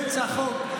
אתה מבין, באמצע החוק,